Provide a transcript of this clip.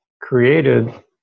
created